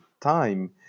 time